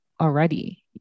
already